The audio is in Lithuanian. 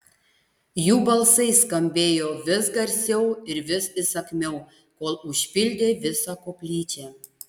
jų balsai skambėjo vis garsiau ir vis įsakmiau kol užpildė visą koplyčią